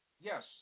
Yes